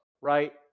right